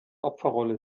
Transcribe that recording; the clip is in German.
opferrolle